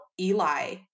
Eli